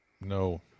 No